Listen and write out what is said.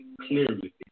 clearly